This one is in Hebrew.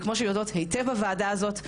וכמו שיודעות היטב הוועדה הזאת,